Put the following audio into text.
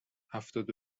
هفتاد